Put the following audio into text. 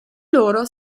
loro